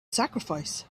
sacrifice